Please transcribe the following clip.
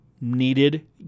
needed